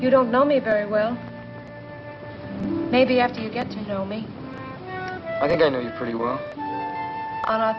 you don't know me very well maybe after you get to know me i think i know you pretty well